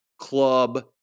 club